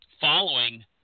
following